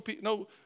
no